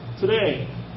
today